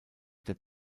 der